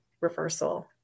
reversal